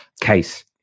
case